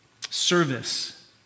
Service